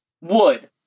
Wood